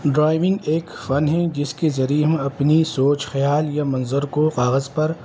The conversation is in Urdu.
ڈرائیونگ ایک فن ہے جس کے ذریعے ہم اپنی سوچ خیال یا منظر کو کاغذ پر